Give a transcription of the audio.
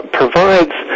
provides